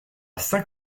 saint